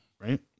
Right